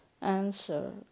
answer